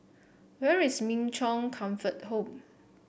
where is Min Chong Comfort Home